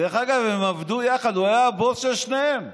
דרך אגב, הם עבדו יחד, הוא היה הבוס של שניהם.